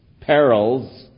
perils